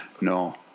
no